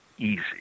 Easy